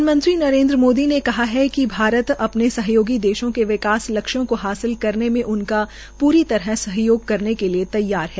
प्रधानमंत्री नरेन्द्र मोदी ने कहा है कि भारत अपने सहयोगी देशों के विकास लक्ष्यों को हासिल करने में उनका प्रा सहयोग करने के लिये तैयार है